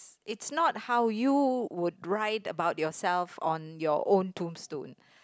it's not how would you write about yourself on your own tombstone